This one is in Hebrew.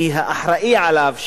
כי האחראית עליו,